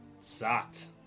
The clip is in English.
Sucked